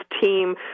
team